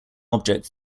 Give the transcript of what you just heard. object